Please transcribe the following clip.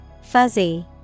Fuzzy